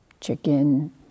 Chicken